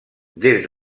des